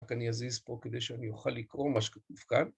רק אני אזיז פה כדי שאני אוכל לקרוא מה שכתוב כאן